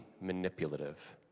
manipulative